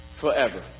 forever